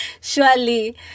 surely